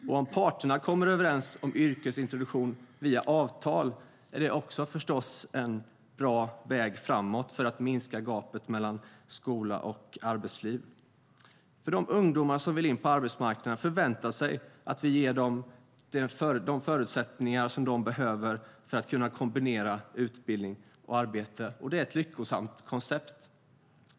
Och om parterna kommer överens om yrkesintroduktion via avtal är det också förstås en bra väg framåt för att minska gapet mellan skola och arbetsliv. De ungdomar som vill in på arbetsmarknaden förväntar sig att vi ger dem de förutsättningar som de behöver för att kunna kombinera utbildning och arbete, och det är ett lyckosamt koncept.